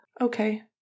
Okay